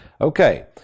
Okay